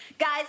Guys